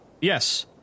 Yes